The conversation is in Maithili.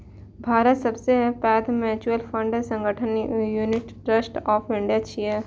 भारतक सबसं पैघ म्यूचुअल फंड संगठन यूनिट ट्रस्ट ऑफ इंडिया छियै